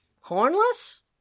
Hornless